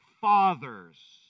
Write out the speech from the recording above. fathers